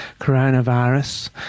coronavirus